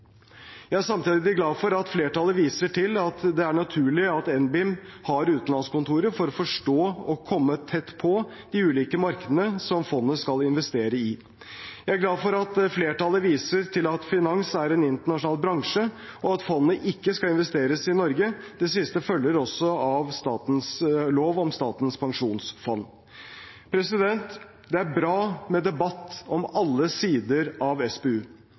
Jeg er samtidig glad for at flertallet viser til at det er naturlig at NBIM har utenlandskontorer for å forstå og komme tett på de ulike markedene som fondet skal investere i. Jeg er glad for at flertallet viser til at finans er en internasjonal bransje, og at fondet ikke skal investeres i Norge. Det siste følger også av lov om Statens pensjonsfond. Det er bra med debatt om alle sider av SPU,